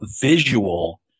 visual